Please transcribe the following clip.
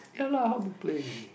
ya lah how to play